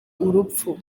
urupfu